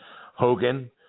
Hogan